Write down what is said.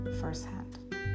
firsthand